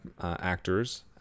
actors